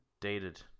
dated